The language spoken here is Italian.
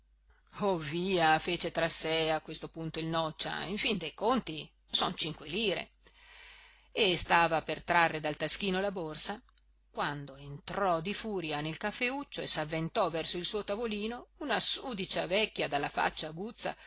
oh via fece tra sé a questo punto il noccia in fin dei conti son cinque lire e stava per trarre dal taschino la borsa quando entrò di furia nel caffeuccio e s'avventò verso il suo tavolino un sudicia vecchia dalla faccia aguzza